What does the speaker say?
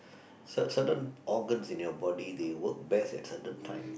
cer~ certain organs in your body they work best at certain time